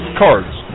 cards